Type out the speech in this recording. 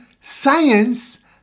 science